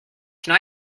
can